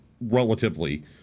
relatively